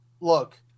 look